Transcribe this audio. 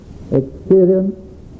experience